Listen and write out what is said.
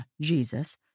Jesus